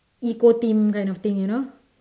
eco thing kind of thing you know